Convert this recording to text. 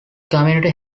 community